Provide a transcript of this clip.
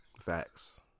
Facts